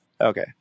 Okay